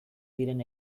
diren